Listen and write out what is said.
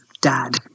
dad